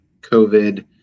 COVID